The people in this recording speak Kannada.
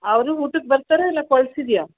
ಅವರು ಊಟಕ್ಕೆ ಬರ್ತಾರ ಇಲ್ಲ ಕಳ್ಸಿದಿಯ